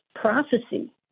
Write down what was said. prophecy